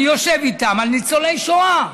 אני יושב איתם על ניצולי שואה.